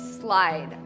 slide